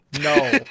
No